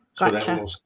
gotcha